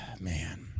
man